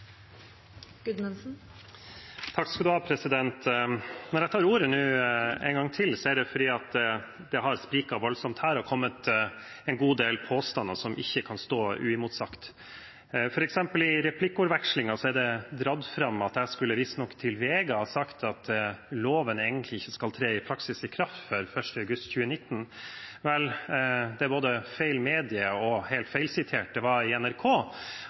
det fordi det har sprikt voldsomt her og kommet en god del påstander som ikke kan stå uimotsagt. For eksempel i replikkordvekslingen er det dratt fram at jeg visstnok skulle sagt til VG at loven egentlig i praksis ikke skal tre i kraft før 1. august 2019. Vel, det er både feil media og helt feilsitert. Det var i NRK